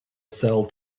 cel